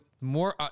more